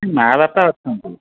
ମାଆ ବାପା ଅଛନ୍ତି